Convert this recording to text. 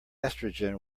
estrogen